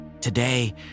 Today